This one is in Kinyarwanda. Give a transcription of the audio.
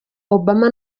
obama